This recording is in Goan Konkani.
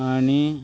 आणी